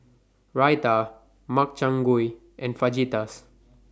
Raita Makchang Gui and Fajitas